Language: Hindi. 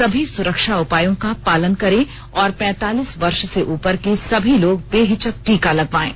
सभी सुरक्षा उपायों का पालन करें और पैंतालीस वर्श से उपर के सभी लोग बेहिचक टीका लगवायें